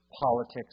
politics